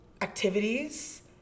activities